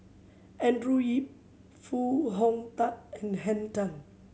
Andrew Yip Foo Hong Tatt and Henn Tan